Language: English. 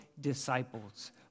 disciples